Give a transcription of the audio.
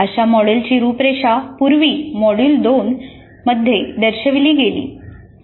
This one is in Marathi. अशा मॉडेलची रूपरेषा पूर्वी मॉड्यूल २ दर्शविली गेली